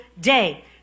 day